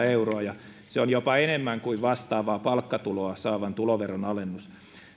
euroa ja se on jopa enemmän kuin vastaavaa palkkatuloa saavan tuloveron alennus